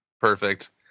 Perfect